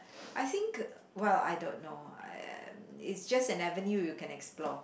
I think well I don't know um it's just an avenue you can explore